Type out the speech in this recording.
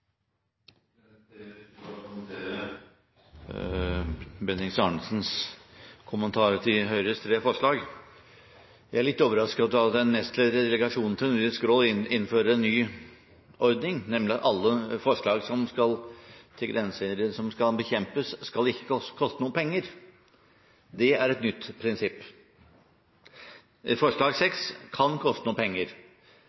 delegasjonen til Nordisk råd innfører en ny ordning, nemlig at alle grensehindre som skal bekjempes, ikke skal koste noen penger. Det er et nytt prinsipp. Forslag